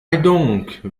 doncques